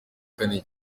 kane